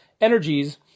energies